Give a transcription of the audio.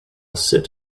sit